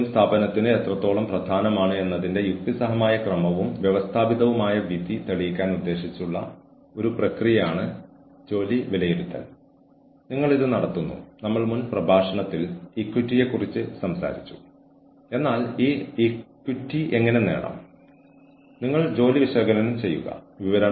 human resource ഉദ്യോഗസ്ഥർ എന്ന നിലയിൽ നമ്മളുടെ ജോലി നമ്മളുടെ ജീവനക്കാരുടെ വളർച്ചയും വികാസവും സുഗമമാക്കുക എന്നതാണ് അവർ കഴിയുന്നത്ര ഉൽപ്പാദനക്ഷമതയുള്ളവരായി മാറുകയും കഴിയുന്നിടത്തോളം ഓർഗനൈസേഷനോട് പ്രതിബദ്ധത പുലർത്തുകയും ചെയ്യുക എന്നതാണ്